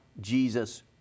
Jesus